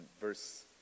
verse